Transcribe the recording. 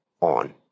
on